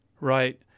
right